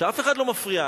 שאף אחד לא מפריע,